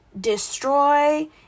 destroy